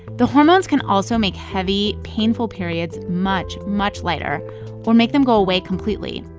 the hormones can also make heavy, painful periods much, much lighter or make them go away completely.